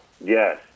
Yes